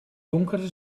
donkere